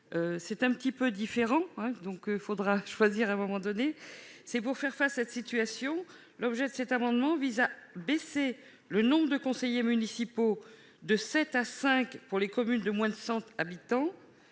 c'est un petit peu différent, donc il faudra choisir un moment donné, c'est pour faire enfin cette situation, l'objet de cet amendement vise à baisser le nombre de conseillers municipaux de 7 à 5 pour les communes de moins de 100 habitants